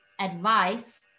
advice